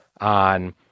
on